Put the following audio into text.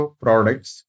products